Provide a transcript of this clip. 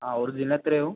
ആ ഒറിജിനൽ എത്രയാവും